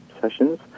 sessions